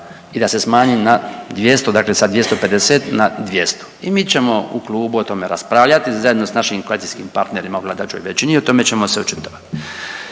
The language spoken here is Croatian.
i da se smanji na 200, dakle sa 250 na 200. I mi ćemo u klubu o tome raspravljati zajedno sa našim koalicijskim partnerima u vladajućoj većini i o tome ćemo se očitovati.